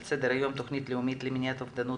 על סדר היום: התכנית הלאומית למניעת אובדנות,